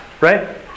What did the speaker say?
right